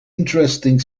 interesting